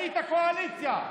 היית קואליציה.